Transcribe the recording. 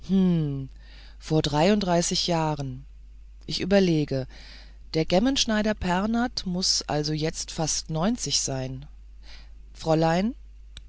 vor dreiunddreißig jahren ich überlege der gemmenschneider pernath muß also jetzt fast neunzig sein fräulein